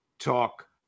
talk